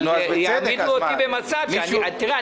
אבל יעמידו אותי במצב --- תראה,